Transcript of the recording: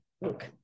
look